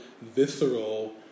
visceral